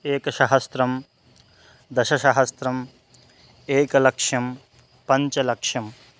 एकसहस्रं दशसहस्रम् एकलक्षं पञ्चलक्षम्